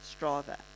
Strava